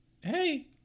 Hey